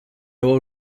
will